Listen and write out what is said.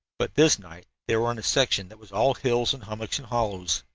but this night they were in a section that was all hills and hummocks and hollows.